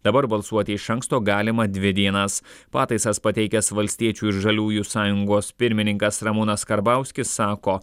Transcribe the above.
dabar balsuoti iš anksto galima dvi dienas pataisas pateikęs valstiečių ir žaliųjų sąjungos pirmininkas ramūnas karbauskis sako